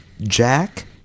Jack